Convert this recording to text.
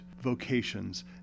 vocations